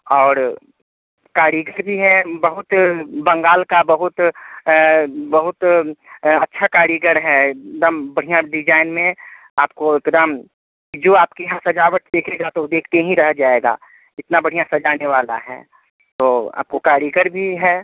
और कारीगर भी है बहुत बंगाल का बहुत बहुत अच्छा कारीगर है दम बढ़िया डिजाइन में आपको एकदम जो आपके यहाँ सजावट देखेगा तो देखते ही रह जाएगा इतना बढ़िया सजाने वाला है तो आपको कारीगर भी है